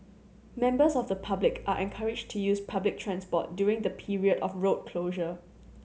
members of the public are encouraged to use public transport during the period of road closure